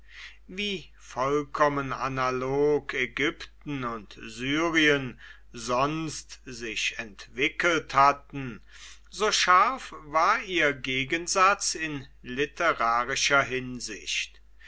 wie vollkommen analog ägypten und syrien sonst sich entwickelt hatten so scharf war ihr gegensatz in literarischer hinsicht